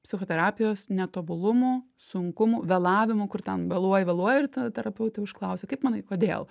psichoterapijos netobulumų sunkumų vėlavimų kur ten vėluoji vėluoji ir tada terapeutė užklausia kaip manai kodėl